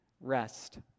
rest